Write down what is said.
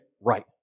right